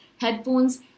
headphones